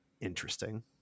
interesting